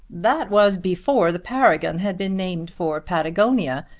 that was before the paragon had been named for patagonia.